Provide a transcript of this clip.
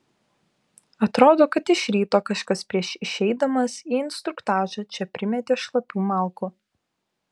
atrodo kad iš ryto kažkas prieš išeidamas į instruktažą čia primetė šlapių malkų